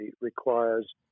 requires